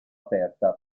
aperta